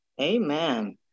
Amen